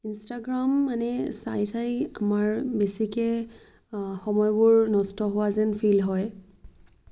Instagram মানে চাই চাই আমাৰ বেছিকৈ সময়বোৰ নষ্ট হোৱা যেন ফীল হয়